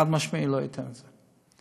חד-משמעי, לא אתן את זה.